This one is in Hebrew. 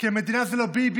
כי המדינה זה לא ביבי,